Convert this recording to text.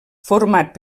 format